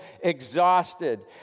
exhausted